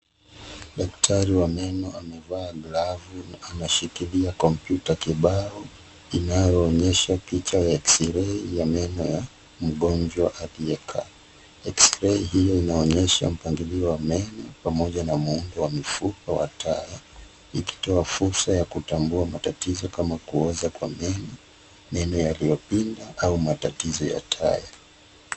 Daktari wa meno amevaa glavu, anashikilia kompyuta kibao inayoonyesha picha ya eksirei ya meno ya mgonjwa aliyekaa. Eksirei hiyo inaonyesha mpangilio wa meno pamoja na muundo wa mifupa ya taya ikitoa fursa ya kutambua matatizo kama kuoza kwa meno, meno yaliyopinda au matatizo ya taya.